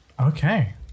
Okay